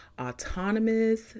autonomous